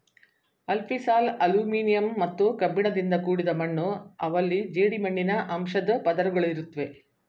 alfisol aluminium ಮತ್ತು ಕಬ್ಬಿಣದಿಂದ ಕೂಡಿದ ಮಣ್ಣು ಅವಲ್ಲಿ ಜೇಡಿಮಣ್ಣಿನ ಅಂಶದ್ ಪದರುಗಳಿರುತ್ವೆ